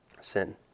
sin